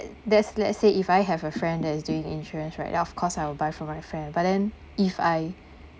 let's let's say if I have a friend that is doing insurance right ya of course I will buy from my friend but then if I